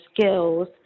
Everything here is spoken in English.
skills